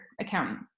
accountant